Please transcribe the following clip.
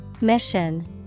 Mission